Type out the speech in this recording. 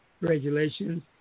regulations